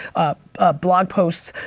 ah blog posts,